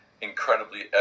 incredibly